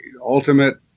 ultimate